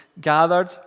gathered